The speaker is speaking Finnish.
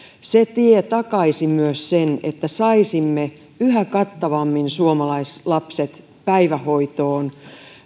se tie takaisi myös sen että saisimme yhä kattavammin suomalaislapset päivähoitoon